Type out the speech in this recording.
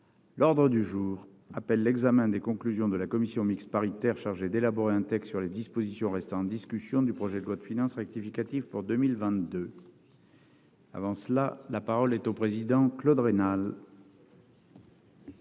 L'ordre du jour appelle l'examen des conclusions de la commission mixte paritaire chargée d'élaborer un texte sur les dispositions restant en discussion du projet de loi de finances rectificative pour 2022 (texte de la commission n°